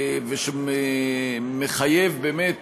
ושמחייב באמת